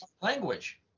language